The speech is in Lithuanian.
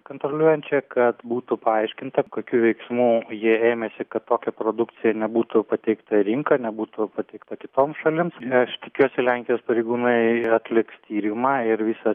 kontroliuojančią kad būtų paaiškinta kokių veiksmų ji ėmėsi kad tokia produkcija nebūtų pateikta į rinką nebūtų pateikta kitoms šalims nes aš tikiuosi lenkijos pareigūnai atliks tyrimą ir visa